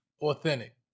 authentic